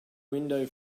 window